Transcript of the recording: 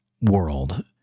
world